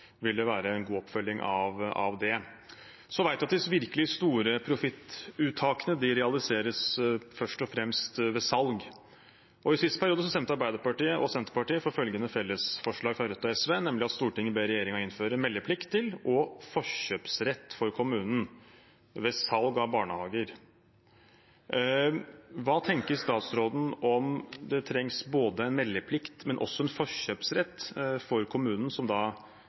være en god oppfølging av det. Vi vet at de virkelig store profittuttakene først og fremst realiseres ved salg. Forrige periode stemte Arbeiderpartiet og Senterpartiet for følgende fellesforslag fra Rødt og SV: «Stortinget ber regjeringen innføre meldeplikt til og førkjøpsrett for kommunen ved salg av barnehager.» Hva tenker statsråden om at det trengs både en meldeplikt og en forkjøpsrett for kommunen? Arbeiderpartiet stemte for det i Stortinget så sent som